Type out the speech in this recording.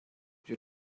you